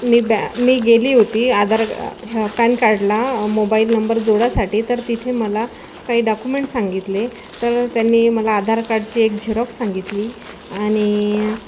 मी बॅ मी गेली होती आधार ह्या पॅन कार्डला मोबाईल नंबर जोडासाठी तर तिथे मला काही डाकुमेंट सांगितले तर त्यांनी मला आधार कार्डची एक झेरॉक सांगितली आणि